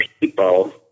people